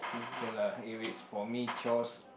okay lah if it's for me chores